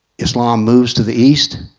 islam moves to the east,